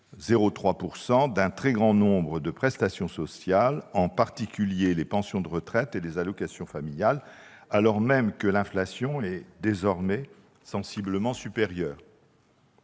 0,3 %- d'un très grand nombre de prestations sociales, en particulier les pensions de retraite et les allocations familiales, alors même que l'inflation est désormais sensiblement supérieure